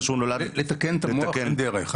לתקן את המוח, אין דרך.